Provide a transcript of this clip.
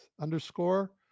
underscore